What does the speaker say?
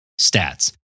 stats